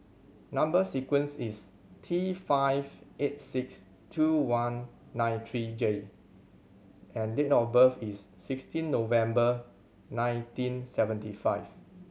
number sequence is T five eight six two one nine three J and date of birth is sixteen November nineteen seventy five